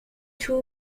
two